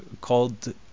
called